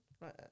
right